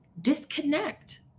Disconnect